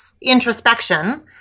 introspection